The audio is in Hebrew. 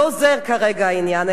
לא זה כרגע העניין,